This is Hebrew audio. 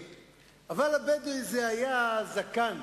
הם מבזבזים את הזמן שלהם.